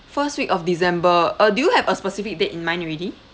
first week of december uh do you have a specific date in mind already